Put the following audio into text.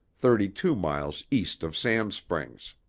thirty-two miles east of sand springs.